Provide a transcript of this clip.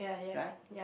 right